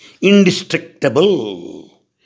indestructible